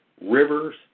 rivers